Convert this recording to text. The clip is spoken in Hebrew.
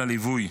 על הליווי.